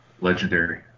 Legendary